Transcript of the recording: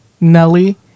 Nelly